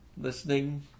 listening